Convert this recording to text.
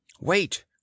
Wait